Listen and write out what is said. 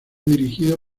dirigido